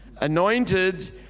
anointed